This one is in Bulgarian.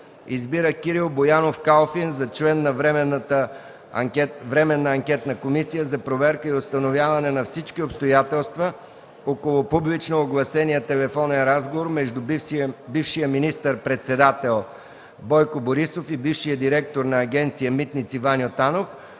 Избира Кирил Боянов Калфин за член на Временна анкетна комисия за проверка и установяване на всички обстоятелства около публично огласения телефонен разговор между бившия министър-председател Бойко Борисов и бившия директор на Агенция „Митници” Ваньо Танов,